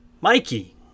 mikey